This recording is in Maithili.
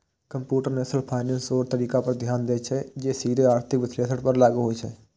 कंप्यूटेशनल फाइनेंस ओइ तरीका पर ध्यान दै छै, जे सीधे आर्थिक विश्लेषण पर लागू होइ छै